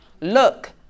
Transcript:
Look